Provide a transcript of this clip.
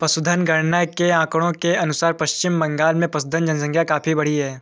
पशुधन गणना के आंकड़ों के अनुसार पश्चिम बंगाल में पशुधन जनसंख्या काफी बढ़ी है